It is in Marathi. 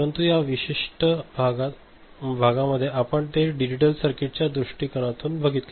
परंतु या विशिष्ठ मध्ये आपण ते डिजिटल सर्किट च्या दृष्टिकोनातून बघितले